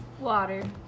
Water